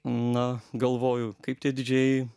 na galvoju kaip tie didžėjai